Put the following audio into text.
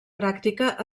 pràctica